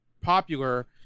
popular